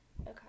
Okay